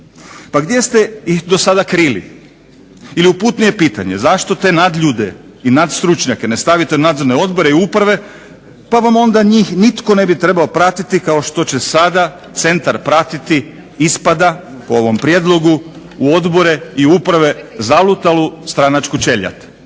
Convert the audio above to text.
Pa gdje ste ih do sada krili? Ili uputnije pitanje zašto te nadljude i nadstručnjake ne stavite u nadzorne odbore i uprave, pa vam onda njih nitko ne bi trebao pratiti kao što će sada centar pratiti, ispada po ovom prijedlogu u odbore i uprave zalutalu stranačku čeljad.